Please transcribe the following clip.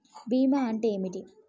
బీమా అంటే ఏమిటి?